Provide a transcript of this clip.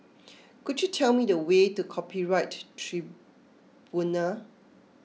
could you tell me the way to Copyright Tribunal